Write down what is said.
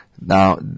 Now